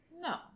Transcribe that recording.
No